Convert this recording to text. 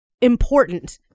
important